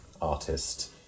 artist